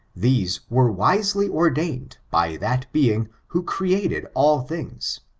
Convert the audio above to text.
these were wisely ordained by that being who created all things,